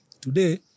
today